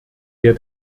der